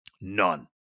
None